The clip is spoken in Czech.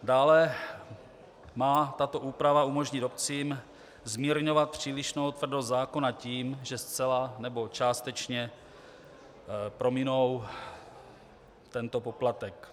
Dále má tato úprava umožnit obcím zmírňovat přílišnou tvrdost zákona tím, že zcela nebo částečně prominou tento poplatek.